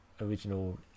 original